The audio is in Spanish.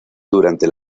durante